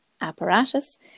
apparatus